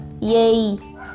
Yay